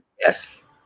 Yes